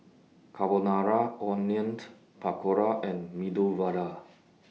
Carbonara Onion Pakora and Medu Vada